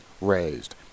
raised